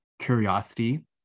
curiosity